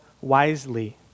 wisely